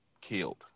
killed